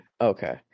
Okay